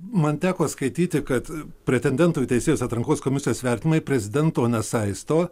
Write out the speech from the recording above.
man teko skaityti kad pretendentų į teisėjus atrankos komisijos vertinimai prezidento nesaisto